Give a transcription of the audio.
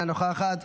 אינה נוכחת.